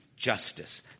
Justice